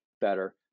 better